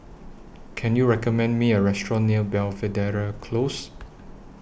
Can YOU recommend Me A Restaurant near Belvedere Close